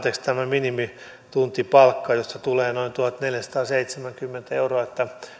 minimituntipalkka josta tulee noin tuhatneljäsataaseitsemänkymmentä euroa